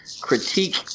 Critique